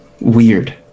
weird